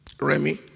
Remy